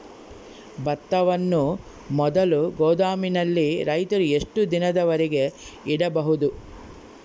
ಭತ್ತವನ್ನು ಮೊದಲು ಗೋದಾಮಿನಲ್ಲಿ ರೈತರು ಎಷ್ಟು ದಿನದವರೆಗೆ ಇಡಬಹುದು?